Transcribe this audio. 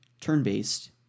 turn-based